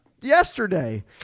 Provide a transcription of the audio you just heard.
yesterday